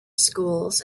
schools